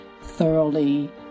thoroughly